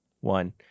one